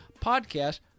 podcast